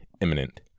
imminent